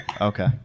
okay